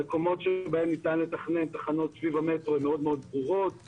המקומות שבהם ניתן לתכנון תחנות סביב המטרו מאוד ברורים,